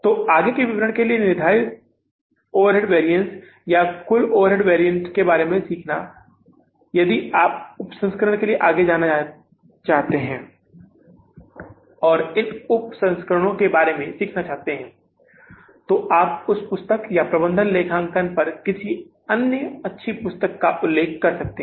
तो आगे के विवरण के लिए निर्धारित ओवरहेड वैरिएंस या कुल ओवरहेड वेरिएंट के बारे में सीखना यदि आप उप संस्करण के लिए आगे जाना चाहते हैं और उन उप संस्करणों के बारे में सीखना चाहते हैं तो आप उस पुस्तक या प्रबंधन लेखांकन पर किसी अन्य अच्छी पुस्तक का उल्लेख कर सकते हैं